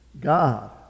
God